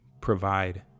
provide